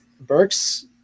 Burks